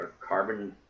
Carbon